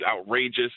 outrageous